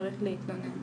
צריך להתלונן.